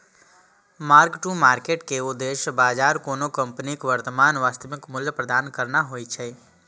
mark to market के उद्देश्य बाजार कोनो कंपनीक वर्तमान वास्तविक मूल्य प्रदान करना होइ छै